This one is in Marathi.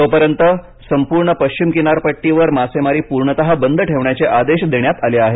तोपर्यंत संपूर्ण पश्चिम किनारपट्टीवर मासेमारी पूर्णत बंद ठेवण्याचे आदेश देण्यात आले आहेत